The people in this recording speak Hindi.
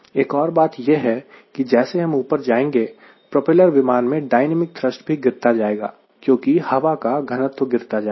एक और बात यह की जैसे हम ऊपर जाएंगे प्रोपेलर विमान में डायनामिक थ्रस्ट भी गिरता जाएगा क्योंकि हवा का घनत्व गिरता जाएगा